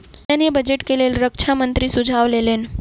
सैन्य बजट के लेल रक्षा मंत्री सुझाव लेलैन